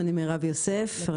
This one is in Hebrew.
אני מרשות החשמל.